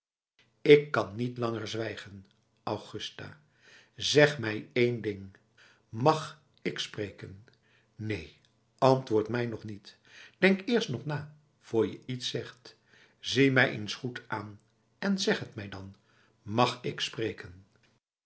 ik kan niet langer zwijgen augusta zeg mij één ding mag ik spreken neen antwoord mij nog niet denk eerst nog na voor je iets zegt zie mij eens goed aan en zeg t mij dan mag ik spreken